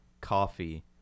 coffee